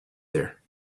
there